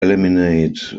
eliminate